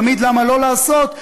תמיד למה לא לעשות,